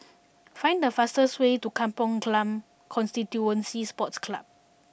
find the fastest way to Kampong Glam Constituency Sports Club